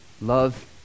love